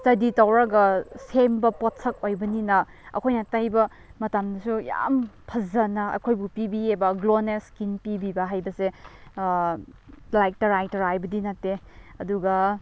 study ꯇꯧꯔꯒ ꯁꯦꯝꯕ ꯄꯣꯠꯁꯛ ꯑꯣꯏꯕꯅꯤꯅ ꯑꯩꯈꯣꯏꯅ ꯇꯩꯕ ꯃꯇꯝꯗꯁꯨ ꯌꯥꯝ ꯐꯖꯅ ꯑꯩꯈꯣꯏꯕꯨ ꯄꯤꯕꯤꯑꯕ ꯒ꯭ꯂꯣꯅꯦꯁ ꯁ꯭ꯀꯤꯟ ꯄꯤꯕꯤꯕ ꯍꯥꯏꯕꯁꯦ ꯂꯥꯏꯛ ꯇꯔꯥꯏ ꯇꯔꯥꯏꯕꯗꯤ ꯅꯠꯇꯦ ꯑꯗꯨꯒ